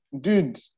Dude